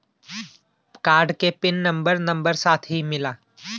Card के pin number number साथही मिला?